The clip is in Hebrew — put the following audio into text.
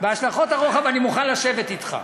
בהשלכות הרוחב אני מוכן לשבת אתך.